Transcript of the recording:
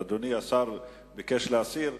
אדוני השר ביקש להסיר.